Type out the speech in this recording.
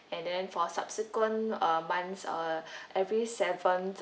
and then for subsequent uh months uh every seventh